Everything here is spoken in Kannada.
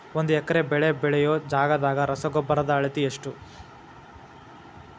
ಒಂದ್ ಎಕರೆ ಬೆಳೆ ಬೆಳಿಯೋ ಜಗದಾಗ ರಸಗೊಬ್ಬರದ ಅಳತಿ ಎಷ್ಟು?